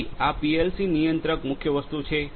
તેથી આ પીએલસી નિયંત્રક મુખ્ય વસ્તુ છે